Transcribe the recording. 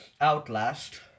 Outlast